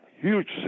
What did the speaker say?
huge